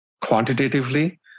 quantitatively